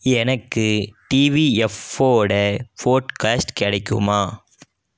எனக்கு டிவிஎஃபோடய போட்கஸ்ட் கிடைக்குமா